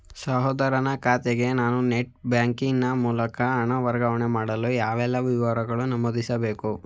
ಸಹೋದರನ ಖಾತೆಗೆ ನಾನು ನೆಟ್ ಬ್ಯಾಂಕಿನ ಮೂಲಕ ಹಣ ವರ್ಗಾವಣೆ ಮಾಡಲು ಯಾವೆಲ್ಲ ವಿವರಗಳನ್ನು ನಮೂದಿಸಬೇಕು?